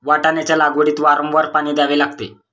वाटाण्याच्या लागवडीत वारंवार पाणी द्यावे लागते